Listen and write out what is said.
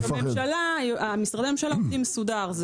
משרדי הממשלה עובדים מסודר,